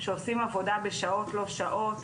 שעושים עבודה בשעות לא שעות,